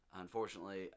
Unfortunately